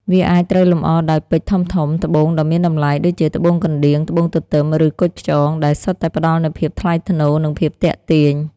វាអាចត្រូវលម្អដោយ ពេជ្រធំៗ ត្បូងដ៏មានតម្លៃ ដូចជាត្បូងកណ្តៀង ត្បូងទទឹម ឬ គុជខ្យង ដែលសុទ្ធតែផ្តល់នូវភាពថ្លៃថ្នូរ និងភាពទាក់ទាញ។